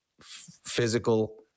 physical